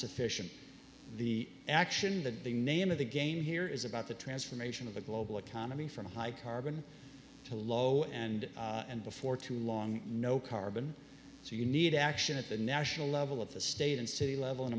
sufficient the action that the name of the game here is about the transformation of the global economy from high carbon to low and and before too long no carbon so you need action at the national level of the state and city level and